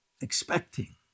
expecting